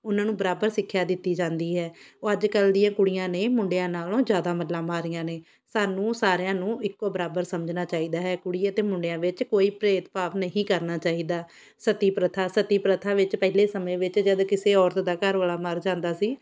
ਉਹਨਾਂ ਨੂੰ ਬਰਾਬਰ ਸਿੱਖਿਆ ਦਿੱਤੀ ਜਾਂਦੀ ਹੈ ਉਹ ਅੱਜ ਕੱਲ੍ਹ ਦੀਆਂ ਕੁੜੀਆਂ ਨੇ ਮੁੰਡਿਆਂ ਨਾਲੋਂ ਜ਼ਿਆਦਾ ਮੱਲਾਂ ਮਾਰੀਆਂ ਨੇ ਸਾਨੂੰ ਸਾਰਿਆਂ ਨੂੰ ਇੱਕੋ ਬਰਾਬਰ ਸਮਝਣਾ ਚਾਹੀਦਾ ਹੈ ਕੁੜੀ ਅਤੇ ਮੁੰਡਿਆਂ ਵਿੱਚ ਕੋਈ ਭੇਦ ਭਾਵ ਨਹੀਂ ਕਰਨਾ ਚਾਹੀਦਾ ਸਤੀ ਪ੍ਰਥਾ ਸਤੀ ਪ੍ਰਥਾ ਵਿੱਚ ਪਹਿਲੇ ਸਮੇਂ ਵਿੱਚ ਜਦ ਕਿਸੇ ਔਰਤ ਦਾ ਘਰਵਾਲਾ ਮਰ ਜਾਂਦਾ ਸੀ